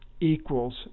equals